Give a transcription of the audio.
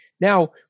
now